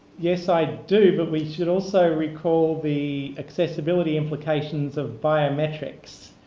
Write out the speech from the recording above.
yes, i do, but we should also recall the accessibility implications of biometrics.